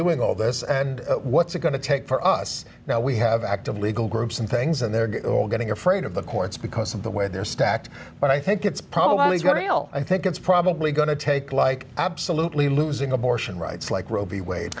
doing all this and what's it going to take for us now we have active legal groups and things and they're all getting afraid of the courts because of the way they're stacked but i think it's probably going to jail i think it's probably going to take like absolutely losing abortion rights like r